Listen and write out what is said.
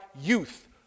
youth